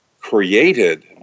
created